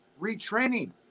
retraining